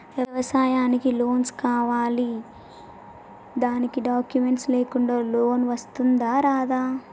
వ్యవసాయానికి లోన్స్ కావాలి దానికి డాక్యుమెంట్స్ లేకుండా లోన్ వస్తుందా రాదా?